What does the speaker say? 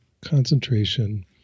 Concentration